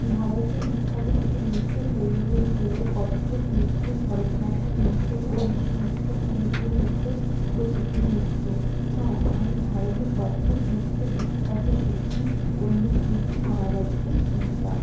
ভারতের বিখ্যাত কিছু নৃত্য শৈলীগুলি হল কত্থক নৃত্য ভরতনাট্যম নৃত্য ওড়িশি নৃত্য মণিপুরি নৃত্য কুচিপুড়ি নৃত্য হ্যাঁ আমি ভারতে কত্থক নৃত্য বিখ্যাত শিল্পী পন্ডিত বিরজু মহারাজকে চিনতাম